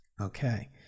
Okay